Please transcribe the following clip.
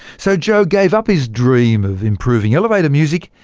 so joe gave up his dream of improving elevator music,